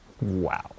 Wow